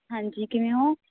ਹਾਂਜੀ ਕਿਵੇਂ ਹੋ